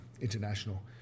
international